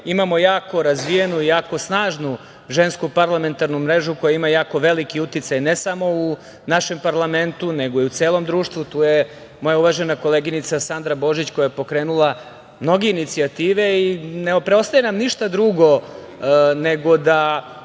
Imamo jako razvijenu i jako snažnu Žensku parlamentarnu mrežu koja ima jako veliki uticaj, ne samo u našem parlamentu nego i u celom društvu. Tu je moja uvažena koleginica,, Sandra Božić koja je pokrenula mnoge inicijative, i ne preostaje nam ništa drugo nego da